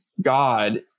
God